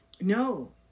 No